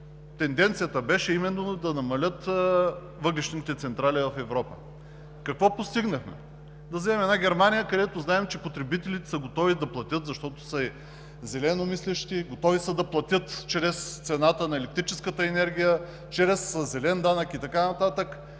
тенденцията беше именно да намалят въглищните централи в Европа – какво постигнахме? Да вземем една Германия, където знаем, че потребителите, защото са зелено мислещи, са готови да платят чрез цената на електрическата енергия, чрез зелен данък и така нататък,